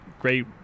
great